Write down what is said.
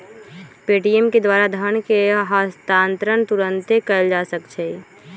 Paytm के द्वारा धन के हस्तांतरण तुरन्ते कएल जा सकैछइ